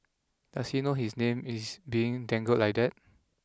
does he know his name is being dangled like that